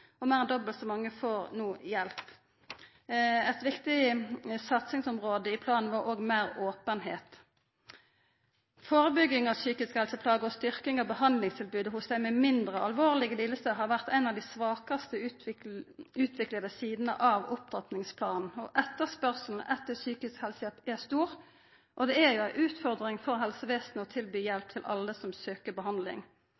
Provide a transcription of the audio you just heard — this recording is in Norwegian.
og meir enn dobbelt så mange får no hjelp. Eit viktig satsingsområde i planen var òg meir openheit. Førebygging av psykiske helseplager og styrking av behandlingstilbodet, for dei med mindre alvorlege lidingar har vore ei av dei svakast utvikla sidene av opptrappingsplanen. Etterspørselen etter psykisk helsehjelp er stor, og det er ei utfordring for helsevesenet å tilby